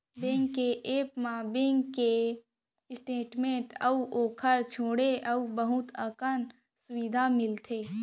bank के app म bank के स्टेट मेंट अउ ओकर छोंड़े अउ बहुत अकन सुबिधा मिलथे